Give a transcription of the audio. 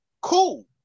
Cool